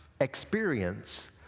experience